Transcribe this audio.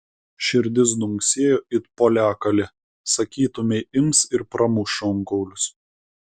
širdis dunksėjo it poliakalė sakytumei ims ir pramuš šonkaulius